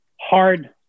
hard